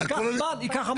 ייקח זמן.